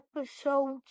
episodes